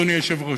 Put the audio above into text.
אדוני היושב-ראש,